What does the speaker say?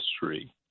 history